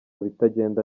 bitagenda